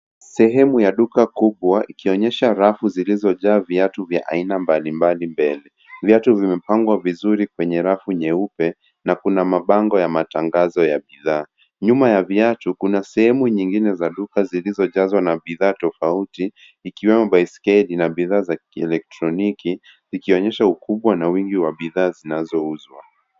Sehemu ya duka kubwa ikionyesha rafu zilizojaa viatu vya aina mbalimbali mbele. Viatu vimepangwa vizuri kwenye rafu nyeupe na kuna mabango ya matangazo ya bidhaa. Nyuma ya viatu kuna sehemu nyingine za duka zilizojazwa na bidhaa tofauti ikiwemo baiskeli na bidhaa za kielektroniki ikionyesha ukubwa na wingi wa bidhaa zinazouzwa.